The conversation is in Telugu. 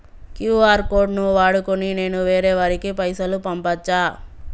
క్యూ.ఆర్ కోడ్ ను వాడుకొని నేను వేరే వారికి పైసలు పంపచ్చా?